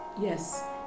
Yes